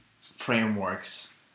frameworks